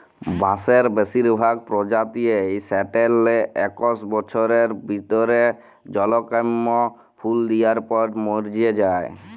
বাঁসের বেসিরভাগ পজাতিয়েই সাট্যের লে একস বসরের ভিতরে জমকাল্যা ফুল দিয়ার পর মর্যে যায়